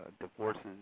divorces